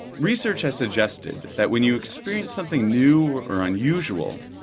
research has suggested that when you experience something new or unusual,